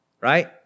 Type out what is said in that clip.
Right